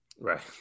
Right